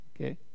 Okay